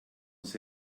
uns